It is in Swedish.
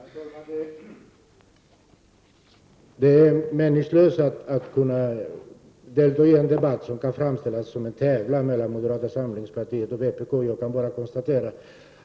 Herr talman! Det är meningslöst att delta i en debatt som kan framställas som en tävlan mellan moderata samlingspartiet och vänsterpartiet. Jag kan bara konstatera